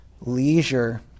leisure